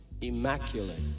immaculate